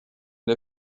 der